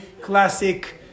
classic